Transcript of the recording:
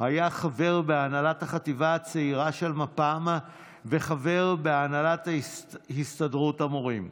היה חבר בהנהלת החטיבה הצעירה של מפ"ם וחבר בהנהלת הסתדרות המורים.